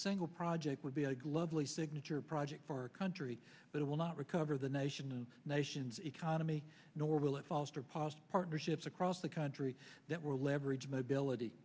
single project would be a big lovely signature project for our country but it will not recover the nation nation's economy nor will it foster pos partnerships across the country that will leverage mobility